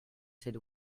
cette